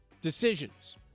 decisions